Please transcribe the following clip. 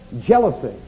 jealousy